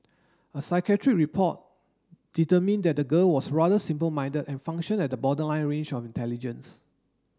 a psychiatric report determined that the girl was rather simple minded and functioned at the borderline range of intelligence